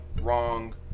wrong